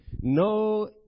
No